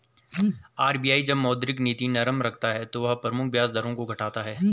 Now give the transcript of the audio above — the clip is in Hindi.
आर.बी.आई जब मौद्रिक नीति नरम रखता है तो वह प्रमुख ब्याज दरों को घटाता है